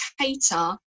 cater